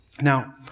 Now